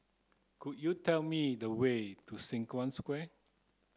could you tell me the way to Sengkang Square